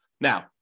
Now